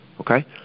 okay